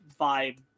vibe